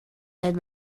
had